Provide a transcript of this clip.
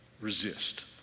Resist